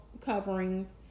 coverings